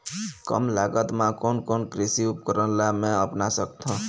कम लागत मा कोन कोन कृषि उपकरण ला मैं अपना सकथो?